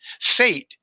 fate